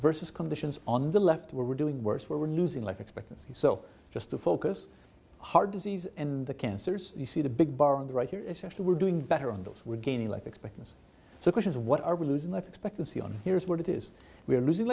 versus conditions on the left where we're doing worse where we're losing life expectancy so just to focus heart disease in the cancers you see the big bar on the right here is actually we're doing better on those we're gaining life expectancy the question is what are we losing life expectancy on here's what it is we're losing